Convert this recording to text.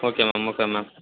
okay ma'am okay ma'am